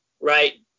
right